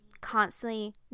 constantly